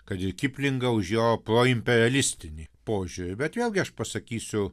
kad ir kiplingą už jo proimperialistinį požiūrį bet vėlgi aš pasakysiu